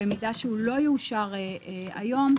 אם לא יאושר היום,